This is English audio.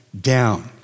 down